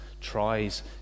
tries